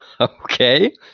Okay